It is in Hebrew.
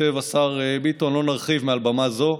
כותב השר ביטון, לא נרחיב מעל במה זו.